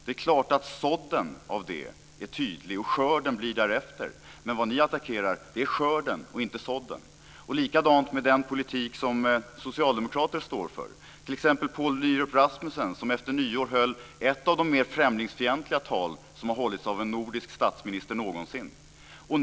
Det är klart att sådden är tydlig, och skörden blir därefter. Men vad ni attackerar är skörden och inte sådden. Likadant är det med den politik som socialdemokrater står för. Det gäller t.ex. Poul Nyrup Rasmussen, som efter nyår höll ett av de mer främlingsfientliga tal som hållits av en nordisk statsminister någonsin.